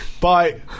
Bye